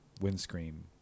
windscreen